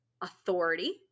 authority